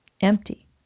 empty